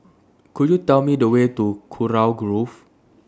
Could YOU Tell Me The Way to Kurau Grove